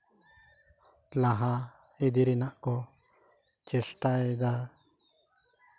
ᱞᱟᱦᱟ ᱤᱫᱤ ᱨᱮᱱᱟᱜ ᱠᱚ ᱪᱮᱥᱴᱟᱭᱮᱫᱟ